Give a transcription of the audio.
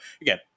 again